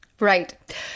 Right